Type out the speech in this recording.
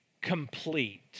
complete